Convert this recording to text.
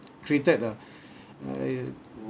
created ah I